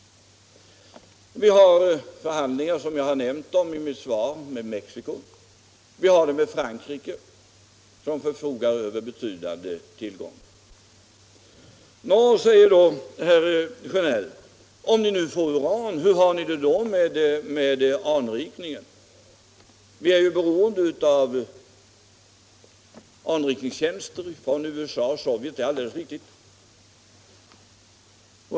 Vi har förhandlingar, som jag har nämnt om i mitt svar, med Mexico, och vi har det också med Frankrike, som förfogar över betydande urantillgångar. Nå, säger då herr Sjönell, men om vi nu får uran, hur har vi det då med anrikningen? Vi är ju beroende av anrikningstjänster från USA och Sovjet. Ja, det är alldeles riktigt.